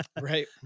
right